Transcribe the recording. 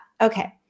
Okay